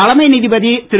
தலைமை நீதிபதி திரு